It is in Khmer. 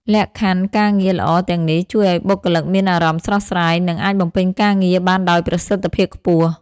លក្ខខណ្ឌការងារល្អទាំងនេះជួយឲ្យបុគ្គលិកមានអារម្មណ៍ស្រស់ស្រាយ និងអាចបំពេញការងារបានដោយប្រសិទ្ធភាពខ្ពស់។